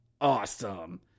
Awesome